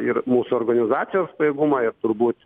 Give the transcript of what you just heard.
ir mūsų organizacijos pajėgumą ir turbūt